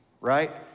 right